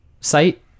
site